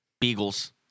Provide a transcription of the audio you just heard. beagles